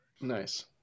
Nice